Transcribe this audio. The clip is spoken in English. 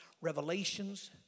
revelations